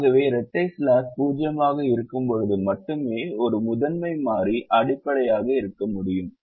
ஆகவே இரட்டை ஸ்லாக் 0 ஆக இருக்கும்போது மட்டுமே ஒரு முதன்மை மாறி அடிப்படை இருக்க முடியும்